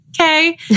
okay